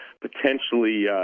potentially